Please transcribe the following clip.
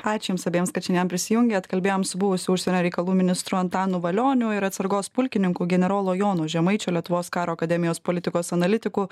ačiū jums abiems kad šiandien prisijungėt kalbėjom su buvusiu užsienio reikalų ministru antanu valioniu ir atsargos pulkininku generolo jono žemaičio lietuvos karo akademijos politikos analitiku